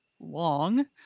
long